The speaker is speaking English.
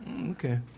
Okay